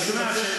נכון.